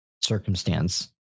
circumstance